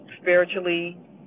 spiritually